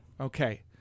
Okay